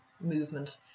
movement